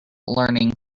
learning